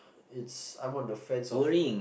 it's I'm on the fence of uh